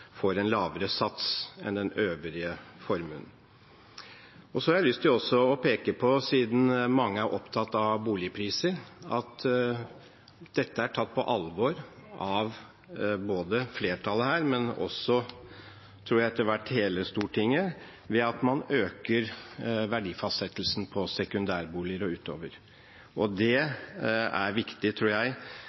får en lavere sats enn den øvrige formuen. Jeg har også lyst til å peke på, siden mange er opptatt av boligpriser, at dette er tatt på alvor både av flertallet her og også etter hvert, tror jeg, hele Stortinget, ved at man øker verdifastsettelsen på sekundærboliger og utover. Det er viktig